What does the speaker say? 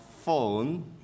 phone